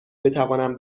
بتوانم